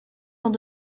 dans